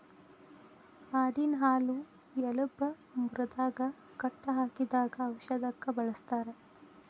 ಆಡಿನ ಹಾಲು ಎಲಬ ಮುರದಾಗ ಕಟ್ಟ ಹಾಕಿದಾಗ ಔಷದಕ್ಕ ಬಳಸ್ತಾರ